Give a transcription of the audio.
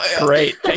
great